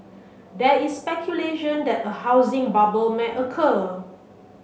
there is speculation that a housing bubble may occur